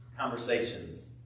conversations